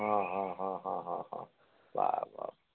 हां हां हां हां हां हां बर बर